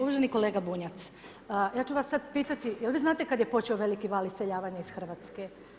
Uvaženi kolega Bunjac, ja ću vas sad pitati jel' vi znate kad je počeo veliki iseljavanja iz Hrvatske?